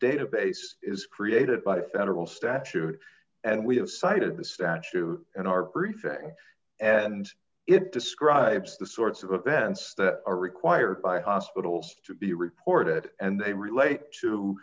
database is created by federal statute and we have cited the statue in our briefing and it describes the sorts of events that are required by hospitals to be reported and they relate to